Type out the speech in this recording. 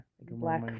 Black